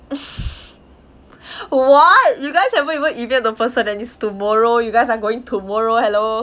what you guys haven't even emailed the person and it's tomorrow you guys are going tomorrow hello